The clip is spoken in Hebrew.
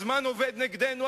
הזמן עובד נגדנו,